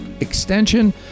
Extension